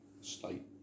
state